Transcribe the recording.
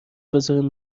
بذارم